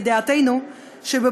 בכלל האוכלוסייה יש ילדים,